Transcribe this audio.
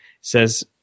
says